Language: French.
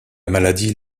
maladie